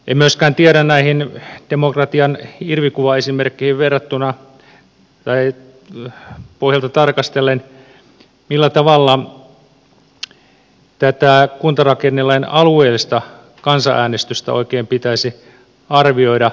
en myöskään tiedä näiden demokratian irvikuva esimerkkien pohjalta tarkastellen millä tavalla tätä kuntarakennelain alueellista kansanäänestystä oikein pitäisi arvioida